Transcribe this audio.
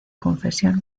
confesión